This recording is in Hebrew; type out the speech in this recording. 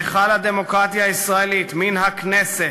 מהיכל הדמוקרטיה הישראלית, מן הכנסת.